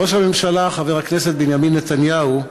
ראש הממשלה, חבר הכנסת בנימין נתניהו,